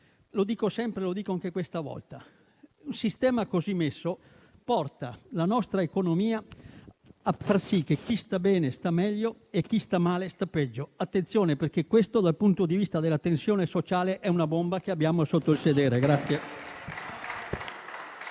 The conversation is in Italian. lo dico sempre e lo ripeto anche questa volta: un sistema del genere porta la nostra economia a far sì che chi sta bene stia meglio e chi sta male stia peggio. Attenzione, perché dal punto di vista della tensione sociale questa è una bomba che abbiamo sotto di noi.